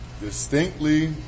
Distinctly